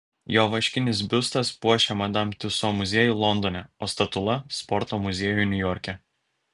jo vaškinis biustas puošia madam tiuso muziejų londone o statula sporto muziejų niujorke